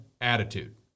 attitude